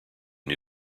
new